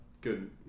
good